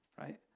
right